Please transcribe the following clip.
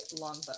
longbow